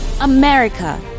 America